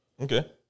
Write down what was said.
Okay